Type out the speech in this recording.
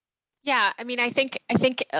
yeah, i mean, i think, i think,